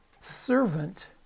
servant